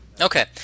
Okay